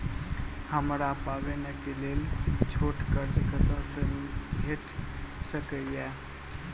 हमरा पाबैनक लेल छोट कर्ज कतऽ सँ भेटि सकैये?